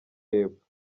y’epfo